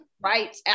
right